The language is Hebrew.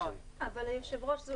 אבל היושב-ראש,